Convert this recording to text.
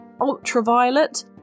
ultraviolet